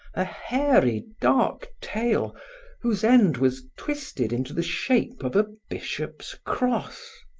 a hairy dark tail whose end was twisted into the shape of a bishop's cross.